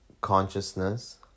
consciousness